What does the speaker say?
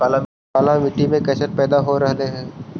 काला मिट्टी मे कैसन पैदा हो रहले है?